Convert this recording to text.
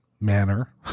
manner